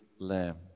lamb